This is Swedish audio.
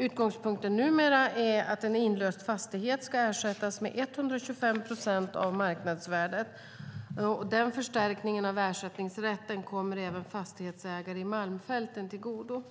Utgångspunkten är numera att en inlöst fastighet ska ersättas med 125 procent av marknadsvärdet. Denna förstärkning av ersättningsrätten kommer även fastighetsägare i Malmfälten till godo.